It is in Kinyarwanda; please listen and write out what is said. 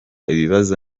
ibibazo